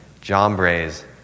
Jambres